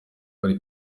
bari